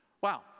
Wow